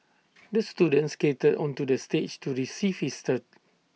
the student skated onto the stage to receive his